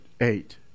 Eight